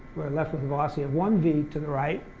we're left with the velocity of one v to the right,